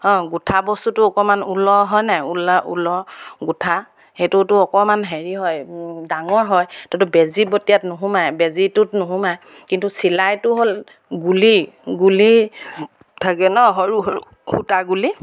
অঁ গোঁঠা বস্তুটো অকণমান ঊলৰ হয় নাই ঊলা উল গোঁঠা সেইটোতো অকণমান হেৰি হয় ডাঙৰ হয় তাতো বেজী বটিয়াত নোসোমায় বেজীটোত নোসোমায় কিন্তু চিলাইটো হ'ল গুলি গুলি থাকে ন সৰু সৰু সূতাৰ গুলি